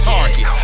Target